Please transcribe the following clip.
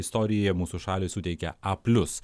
istorijoje mūsų šalį suteikia a plius